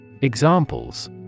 Examples